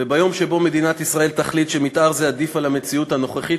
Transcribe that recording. וביום שבו מדינת ישראל תחליט שמתאר זה עדיף על המציאות הנוכחית,